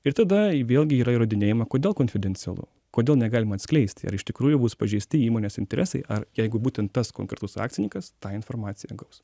ir tada vėlgi yra įrodinėjama kodėl konfidencialu kodėl negalima atskleisti ar iš tikrųjų bus pažeisti įmonės interesai ar jeigu būtent tas konkretus akcininkas tą informaciją gaus